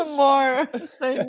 more